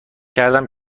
کردم